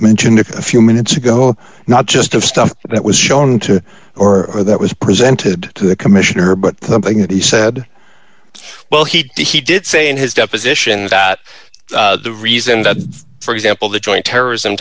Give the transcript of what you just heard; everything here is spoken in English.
mentioned a few minutes ago not just the stuff that was shown to or or that was presented to the commissioner but something that he said well he did say in his deposition that the reason that for example the joint terrorism